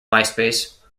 myspace